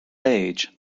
age